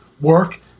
work